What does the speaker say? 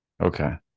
Okay